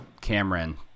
Cameron